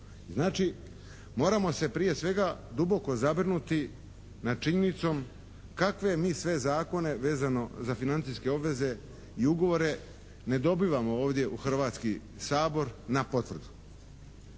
Znači moramo se prije svega duboko zabrinuti nad činjenicom kakve mi sve zakone vezano za financijske obveze i ugovore ne dobivamo ovdje u Hrvatski sabor na potvrdu.